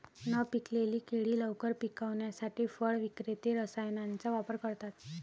न पिकलेली केळी लवकर पिकवण्यासाठी फळ विक्रेते रसायनांचा वापर करतात